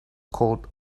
called